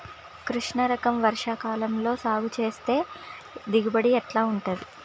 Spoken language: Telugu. కృష్ణ రకం వర్ష కాలం లో సాగు చేస్తే దిగుబడి ఎట్లా ఉంటది?